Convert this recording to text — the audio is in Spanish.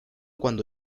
cuando